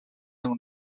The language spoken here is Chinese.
信用